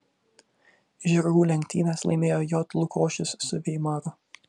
žirgų lenktynes laimėjo j lukošius su veimaru